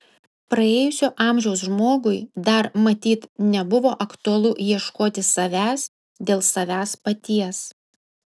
praėjusio amžiaus žmogui dar matyt nebuvo aktualu ieškoti savęs dėl savęs paties